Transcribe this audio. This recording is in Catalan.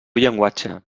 llenguatge